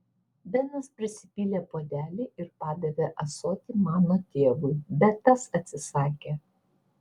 benas prisipylė puodelį ir padavė ąsotį mano tėvui bet tas atsisakė